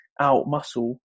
out-muscle